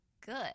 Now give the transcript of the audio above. good